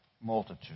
multitude